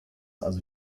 also